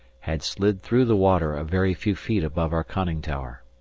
had slid through the water a very few feet above our conning tower.